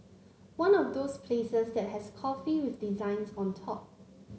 one of those places that has coffee with designs on top